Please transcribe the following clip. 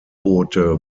boote